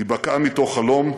היא בקעה מתוך חלום,